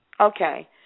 Okay